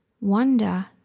wonder